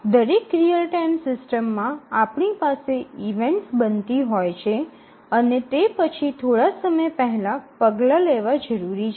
દરેક real time સિસ્ટમમાં આપણી પાસે ઇવેન્ટ્સ બનતી હોય છે અને તે પછી થોડા સમય પહેલાં પગલાં લેવા જરૂરી છે